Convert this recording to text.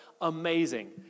amazing